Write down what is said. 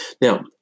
Now